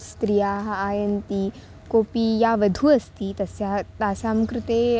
स्त्रियः आयान्ति कापि या वधुः अस्ति तस्याः तस्याः कृते